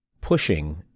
Pushing